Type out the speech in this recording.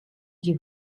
die